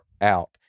out